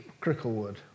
Cricklewood